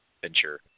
venture